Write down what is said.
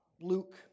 Luke